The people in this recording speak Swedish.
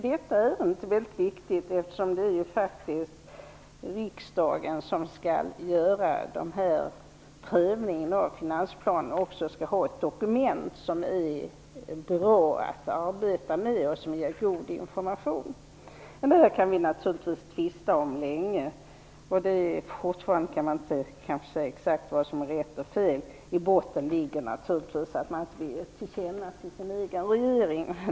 Detta är väldigt viktigt, eftersom det faktiskt är riksdagen som skall göra trimningen av finansplanen och också ha ett dokument som är bra att arbeta med och som ger god information. Det här kan vi naturligtvis tvista om länge men fortfarande inte säga vad som är rätt och fel. I botten ligger naturligtvis att man inte gett till känna till sin egen regering.